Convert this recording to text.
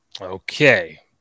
Okay